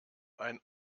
ein